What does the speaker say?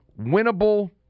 winnable